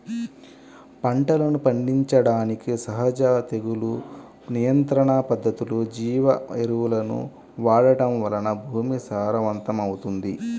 పంటలను పండించడానికి సహజ తెగులు నియంత్రణ పద్ధతులు, జీవ ఎరువులను వాడటం వలన భూమి సారవంతమవుతుంది